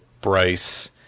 Bryce